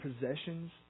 possessions